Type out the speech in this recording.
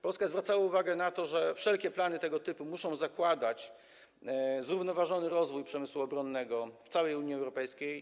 Polska zwracała uwagę na to, że wszelkie plany tego typu muszą zakładać zrównoważony rozwój przemysłu obronnego w całej Unii Europejskiej.